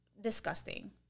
Disgusting